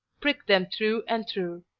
prick them through and through.